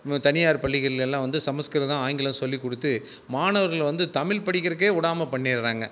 தனியார் பள்ளிகள்லலாம் வந்து இந்த சமஸ்கிரதம் ஆங்கிலம் சொல்லி குடுத்து மாணவர்கள் வந்து தமிழ் படிக்கிறதுக்கே விடாம பண்ணிடுறாங்க